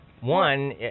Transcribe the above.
one